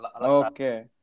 Okay